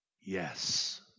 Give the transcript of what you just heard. Yes